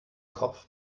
kopf